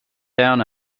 down